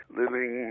living